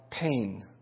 Pain